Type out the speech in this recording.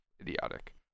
idiotic